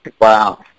Wow